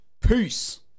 Peace